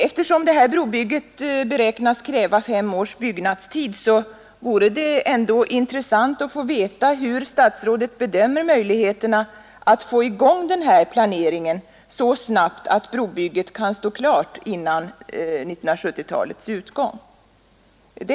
Eftersom brobygget beräknas kräva fem års byggnadstid vore det ändå av intresse att få veta hur statsrådet bedömer möjligheterna att få i gång planeringen så snabbt att brobygget kan stå klart före 1970-talets utgång.